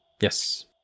Yes